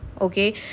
okay